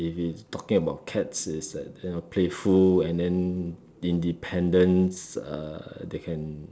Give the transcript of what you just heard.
if if talking about cats is that you know playful and then independence uh they can